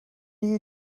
you